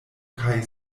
kaj